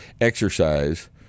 exercise